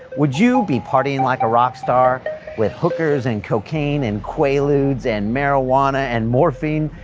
would you be partying like a rock star with hookers and cocaine and quaaludes and marijuana and morphine?